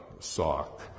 sock